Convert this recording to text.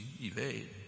evade